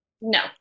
No